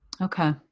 Okay